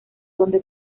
donde